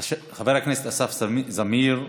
חבר הכנסת אסף זמיר.